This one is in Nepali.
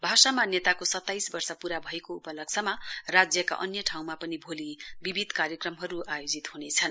भाषा मान्यताको सताइस वर्ष पूरा भएको उपलक्ष्यमा राज्यका अन्य ठाउँमा पनि विविध कार्यक्रमहरू आयोजित ह्नेछन्